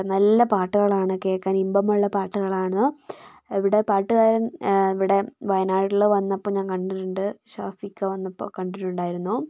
നല്ല പാട്ടുകളാണ് കേൾക്കാൻ ഇമ്പമുള്ള പാട്ടുകളാണ് ഇവിടെ പാട്ടുകാരൻ ഇവിടെ വയനാട്ടിൽ വന്നപ്പം ഞാൻ കണ്ടിട്ടുണ്ട് ഷാഫിക്ക വന്നപ്പോൾ കണ്ടിട്ടുണ്ടായിരുന്നു